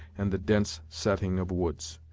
and the dense setting of woods.